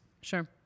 Sure